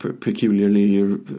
peculiarly